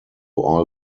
all